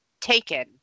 taken